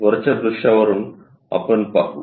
वरच्या दृश्यावर आपण पाहू